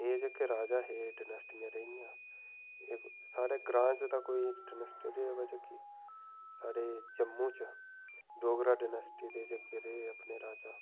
एह् जेह्के राजा हे एह् डनैस्टियां रेहियां एह् साढ़े ग्रांऽ च तां कोई डनैस्टियां जेह्की साढ़े जम्मू च डोगरा डनैस्टी दे जेह्के रेह् अपने राजा